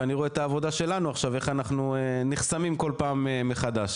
ואני רואה את העבודה שלנו עכשיו איך אנחנו נחסמים כל פעם מחדש.